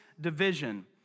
division